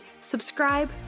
subscribe